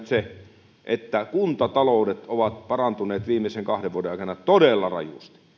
se että kuntataloudet ovat parantuneet viimeisen kahden vuoden aikana todella rajusti